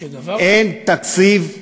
אין תקציב בריאות.